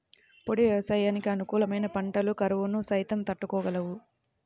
పొడి వ్యవసాయానికి అనుకూలమైన పంటలు కరువును సైతం తట్టుకోగలవు